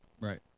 right